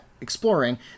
exploring